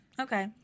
Okay